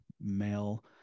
male